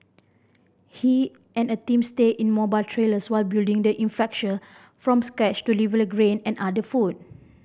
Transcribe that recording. he and a team stayed in mobile trailers while building the infrastructure from scratch to deliver grain and other food